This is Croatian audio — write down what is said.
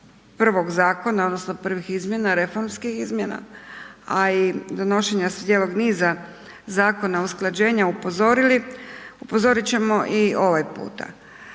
prvog zakona odnosno prvih izmjena, reformskih izmjena, a i donošenja cijelog niza zakona usklađenja upozorili, upozorit ćemo i ovaj puta.